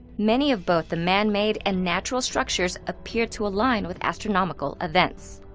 many of both the manmade and natural structures appear to align with astronomical events.